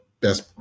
best